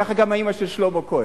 כך גם אמא של שלמה כהן.